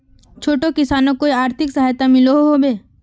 छोटो किसानोक कोई आर्थिक सहायता मिलोहो होबे?